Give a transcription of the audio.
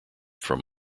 from